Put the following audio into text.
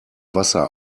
wasser